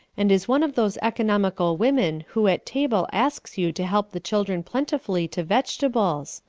and is one of those economical women who at table asks you to help the children plentifully to v etables.